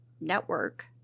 network